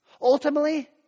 Ultimately